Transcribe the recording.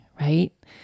right